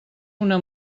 una